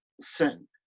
sin